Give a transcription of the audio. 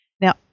Now